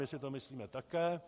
My si to myslíme také.